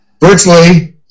virtually